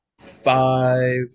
five